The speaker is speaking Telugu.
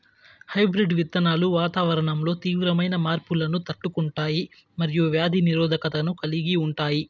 హైబ్రిడ్ విత్తనాలు వాతావరణంలో తీవ్రమైన మార్పులను తట్టుకుంటాయి మరియు వ్యాధి నిరోధకతను కలిగి ఉంటాయి